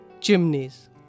chimneys